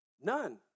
none